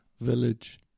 Village